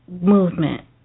movement